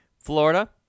florida